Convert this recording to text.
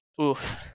oof